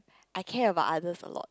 I care about others a lot